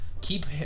keep